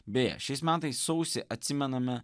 beje šiais metais sausį atsimename